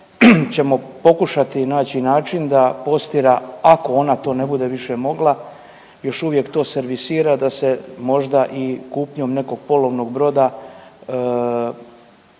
ćemo pokušati naći način da Postira ako ona to ne bude više mogla još uvijek to servisira da se možda i kupnjom nekog polovnog broda to